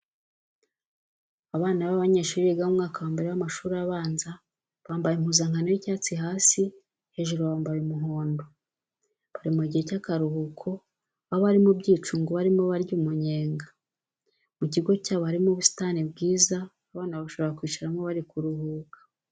Abana b'abanyeshuri biga mu mwaka wa mbere w'amashuri abanza bambaye impuzankano y'icyatsi hasi, hejuru bambaye umuhondo. Bari mu gihe cy'akaruhuko aho bari ku byicungo barimo barya umunyega. Mu kigo cyabo harimo ubusitani bwiza abana bashobora kwicaramo bari kuruhuka.